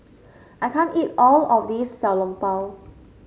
I can't eat all of this Xiao Long Bao